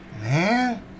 Man